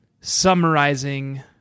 summarizing